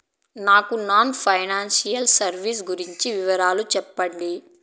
నాకు non financial services గురించి వివరాలు సెప్పండి?